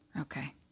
Okay